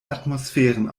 atmosphären